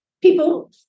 people